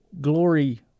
glory